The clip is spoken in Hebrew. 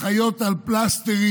חיות על פלסטרים.